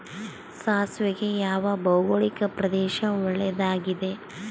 ಸಾಸಿವೆಗೆ ಯಾವ ಭೌಗೋಳಿಕ ಪ್ರದೇಶ ಒಳ್ಳೆಯದಾಗಿದೆ?